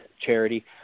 charity